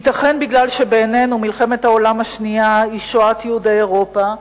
ייתכן שמשום שבעינינו מלחמת העולם השנייה היא שואת יהודי אירופה,